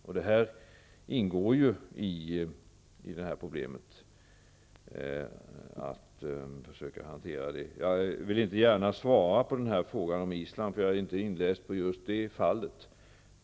Att försöka hantera detta ingår i problemet. Jag vill inte gärna svara på frågan om Island, för jag är inte inläst på just det fallet.